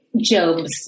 Job's